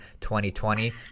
2020